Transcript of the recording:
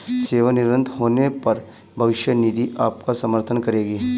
सेवानिवृत्त होने पर भविष्य निधि आपका समर्थन करेगी